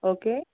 okay